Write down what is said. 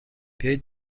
بیایید